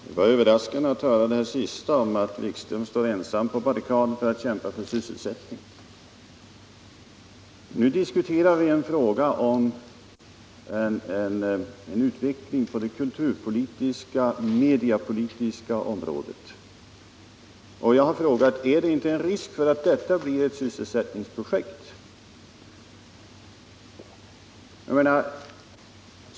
Herr talman! Det var överraskande att höra det här senaste om att Jan-Erik Wikström står ensam på barrikaden för att kämpa för sysselsättningen. Nu diskuterar vi en fråga om en utveckling på det kulturoch mediepolitiska området, och jag har frågat: Finns det inte en risk för att detta blir enbart en industriell fråga?